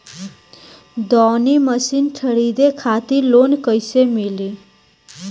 दऊनी मशीन खरीदे खातिर लोन कइसे मिली?